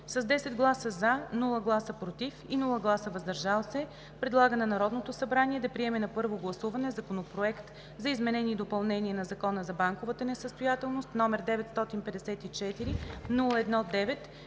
с 10 гласа „за“, без гласове „против“ и „въздържал се“ предлага на Народното събрание да приеме на първо гласуване Законопроект за изменение и допълнение на Закона за банковата несъстоятелност, № 954-01-9,